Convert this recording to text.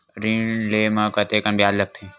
ऋण ले म कतेकन ब्याज लगथे?